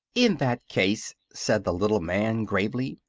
in that case, said the little man, gravely,